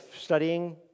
studying